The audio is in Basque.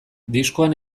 diskoan